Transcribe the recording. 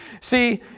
See